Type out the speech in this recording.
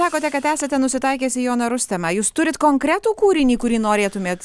sakote kad esate nusitaikęs į joną rustemą jūs turit konkretų kūrinį kurį norėtumėt